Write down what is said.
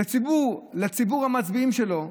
לציבור, לציבור המצביעים שלו,